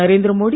Narendra Modi